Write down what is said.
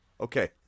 Okay